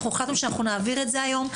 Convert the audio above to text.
החלטנו שנעביר את זה היום.